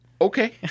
Okay